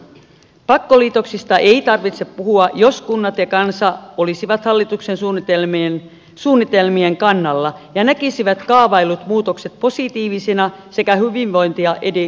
pakkoliitoksista ei tarvitse puhua jos kunnat ja kansa olisivat hallituksen suunnitelmien kannalla ja näkisivät kaavaillut muutokset positiivisina sekä hyvinvointia edistävinä